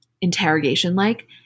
interrogation-like